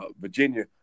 Virginia